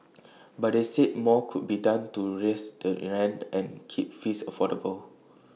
but they said more could be done to reins the in rents and keep fees affordable